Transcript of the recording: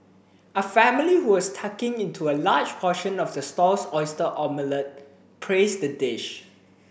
a family who was tucking into a large portion of the stall's oyster omelette praised the dish